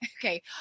Okay